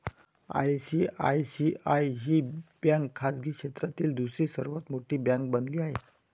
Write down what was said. ICICI ही bank खाजगी क्षेत्रातील दुसरी सर्वात मोठी बँक बनली आहे